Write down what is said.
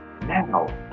now